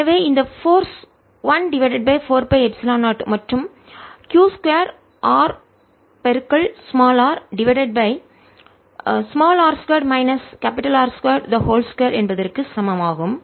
எனவே இந்த force 1 divided by 4 pi epsilon 0 மற்றும்q 2 R r divided by r 2 minus R 2 2 என்பதற்கு சமம் ஆகும்